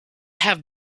have